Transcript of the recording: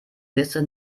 liste